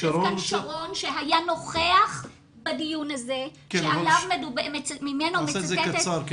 יושב כאן שרון שהיה נוכח בדיון הזה שממנו מצטטת --- כן,